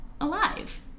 alive